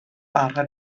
bara